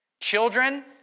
Children